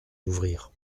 d’ouvrir